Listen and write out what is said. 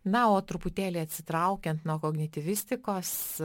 na o truputėlį atsitraukiant nuo kognityvistikos